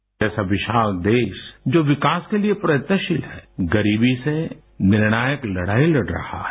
भारत जैसा विशाल देश जो विकास के लिए प्रयत्नशील है गरीबी से निर्णायक लड़ाई लड़ रहा है